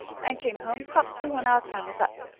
and came home promptly when our time was up.